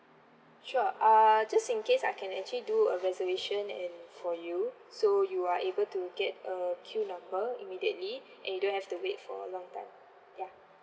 sure uh just in case I can actually do a reservation and for you so you are able to get a queue number immediately and you don't have to wait for a long time ya